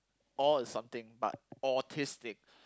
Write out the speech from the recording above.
all is something but autistic